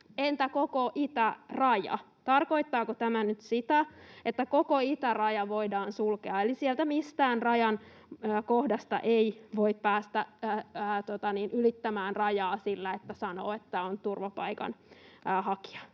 Entä koko itäraja? Tarkoittaako tämä nyt sitä, että koko itäraja voidaan sulkea, eli sieltä mistään rajan kohdasta ei voi päästä ylittämään rajaa sillä, että sanoo, että on turvapaikanhakija?